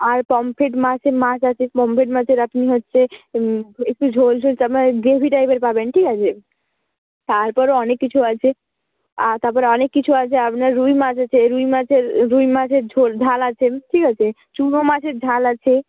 আর pomfret মাছের মাছ আছে পমফ্রেট মাছের আপনি হচ্ছে একটু ঝোল ঝোল আপনার গ্রেভি টাইপের পাবেন ঠিক আছে তারপরেও অনেক কিছু আছে আর তারপরে অনেক কিছু আছে আপনার রুই মাছ আছে রুই মাছের রুই মাছের ঝোল ঝাল আছে ঠিক আছে চুনো মাছের ঝাল আছে